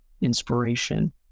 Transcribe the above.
inspiration